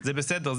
זה בסדר,